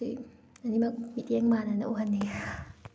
ꯁꯤ ꯑꯅꯤꯃꯛ ꯃꯤꯠꯌꯦꯡ ꯃꯥꯟꯅꯅ ꯎꯍꯟꯅꯤꯡꯉꯦ